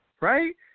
right